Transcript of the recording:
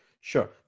Sure